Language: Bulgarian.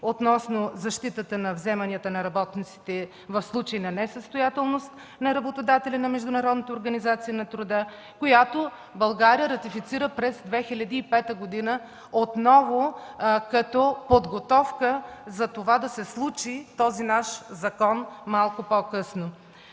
относно защитата на вземанията на работниците в случай на несъстоятелност на работодателя на Международната организация на труда, която България ратифицира през 2005 г. отново, като подготовка да се случи малко по-късно